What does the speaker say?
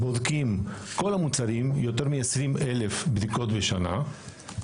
בודקים כל המוצרים יותר מ-20,000 בדיקות בשנה,